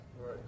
Right